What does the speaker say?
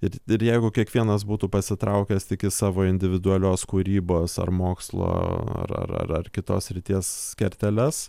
ir ir jeigu kiekvienas būtų pasitraukęs tik į savo individualios kūrybos ar mokslo ar ar ar kitos srities kerteles